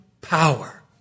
power